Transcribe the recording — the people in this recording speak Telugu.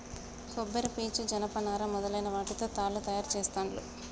కొబ్బరి పీసు జనప నారా మొదలైన వాటితో తాళ్లు తయారు చేస్తాండ్లు